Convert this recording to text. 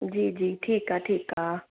जी जी ठीकु आहे ठीकु आहे